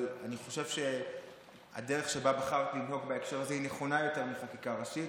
אבל הדרך שבה בחרת לנהוג בהקשר הזה היא נכונה יותר מחקיקה ראשית.